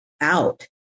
out